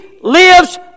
lives